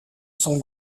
son